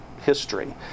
history